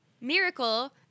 miracle